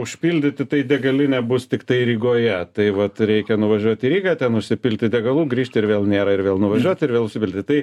užpildyti tai degalinė bus tiktai rygoje tai vat reikia nuvažiuot į rygą ten užsipilti degalų grįžti ir vėl nėra ir vėl nuvažiuot ir vėl užsipilti tai